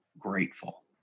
Grateful